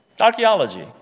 Archaeology